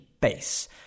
base